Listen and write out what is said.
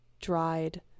dried